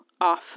off